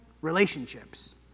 relationships